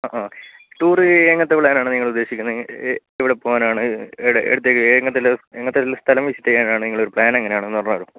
ആ ആ ടൂർ എങ്ങനത്തെ പ്ലാനാണ് നിങ്ങൽ ഉദ്ദേശിക്കുന്നത് എവിടെ പോകാനാണ് എവിടെ എവിടെത്തേക്ക് എങ്ങനത്തെ ഉള്ള എങ്ങനത്തെ ഉള്ള സ്ഥലം വിസിറ്റ് ചെയ്യാനാണ് നിങ്ങളെ ഒരു പ്ലാൻ എങ്ങനെയാണെന്ന് പറഞ്ഞു തരുമോ